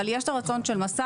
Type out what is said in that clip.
אבל יש את הרצון של מס"ב.